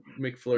McFlurry